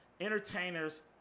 entertainers